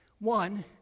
One